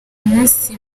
munsi